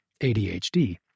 ADHD